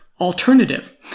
alternative